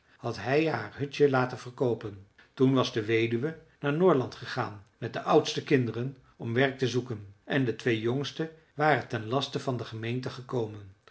had hij haar hutje laten verkoopen toen was de weduwe naar norrland gegaan met de oudste kinderen om werk te zoeken en de twee jongste waren ten laste van de gemeente gekomen